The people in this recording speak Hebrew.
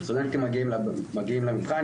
סטודנטים מגיעים למבחן,